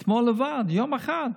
אתמול, ביום אחד בלבד.